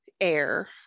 air